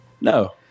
No